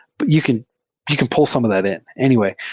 but you can you can pull some of that in. anyway,